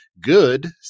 good